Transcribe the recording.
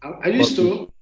i used to.